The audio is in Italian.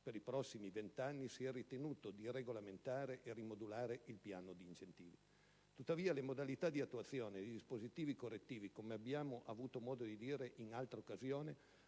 per i prossimi vent'anni, si è ritenuto di regolamentare e rimodulare il piano di incentivi. Tuttavia, le modalità di attuazione dei dispositivi correttivi, come abbiamo avuto modo di dire in altra occasione,